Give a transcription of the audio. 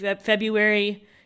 February